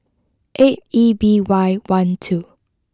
eight E B Y one two